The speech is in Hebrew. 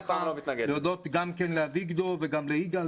להודות גם לאביגדור וגם לגדי,